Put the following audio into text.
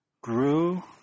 grew